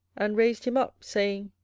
and raised him up, saying,